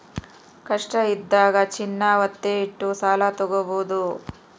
ಕಷ್ಟ ಇದ್ದಾಗ ಚಿನ್ನ ವತ್ತೆ ಇಟ್ಟು ಸಾಲ ತಾಗೊಬೋದು